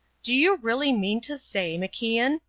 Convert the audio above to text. do you really mean to say, macian,